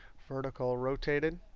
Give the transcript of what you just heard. vertical rotated.